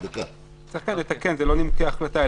צריך כאן לתקן, זה לא כהחלטה.